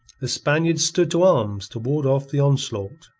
the spaniards stood to arms to ward off the onslaught.